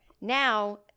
Now